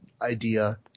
idea